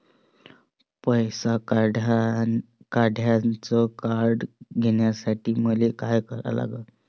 पैसा काढ्याचं कार्ड घेण्यासाठी मले काय करा लागन?